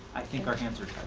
i think our hands are